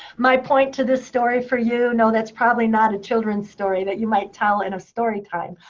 my point to this story for you, no, that's probably not a children's story that you might tell in a story time.